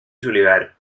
julivert